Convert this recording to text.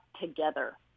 together